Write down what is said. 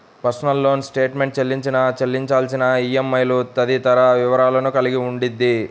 personal loan statement చెల్లించిన, చెల్లించాల్సిన ఈఎంఐలు తదితర వివరాలను కలిగి ఉండిద్ది